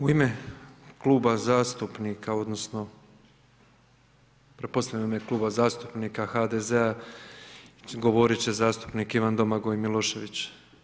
U ime Kluba zastupnika, odnosno pretpostavljam da je Kluba zastupnika HDZ-a govoriti će zastupnik Ivan Domagoj Milošević.